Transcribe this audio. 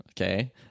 okay